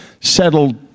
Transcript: settled